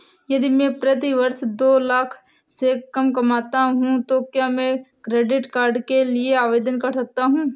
यदि मैं प्रति वर्ष दो लाख से कम कमाता हूँ तो क्या मैं क्रेडिट कार्ड के लिए आवेदन कर सकता हूँ?